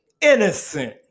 innocent